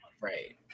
right